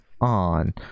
on